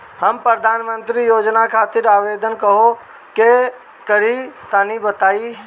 हम प्रधनमंत्री योजना खातिर आवेदन कहवा से करि तनि बताईं?